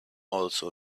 also